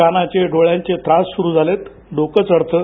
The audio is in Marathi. कानाचे डोळ्यांचे त्रास सुरू झालेत डोकं चढतं